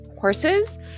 horses